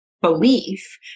belief